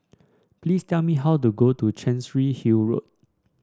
please tell me how to go to Chancery Hill Road